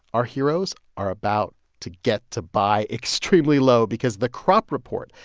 our heroes are about to get to buy extremely low because the crop report,